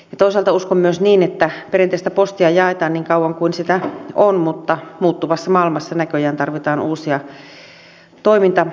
toisaalta uskon myös niin että perinteistä postia jaetaan niin kauan kuin sitä on mutta muuttuvassa maailmassa näköjään tarvitaan uusia toimintamuotoja